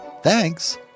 Thanks